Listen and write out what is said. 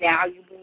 valuable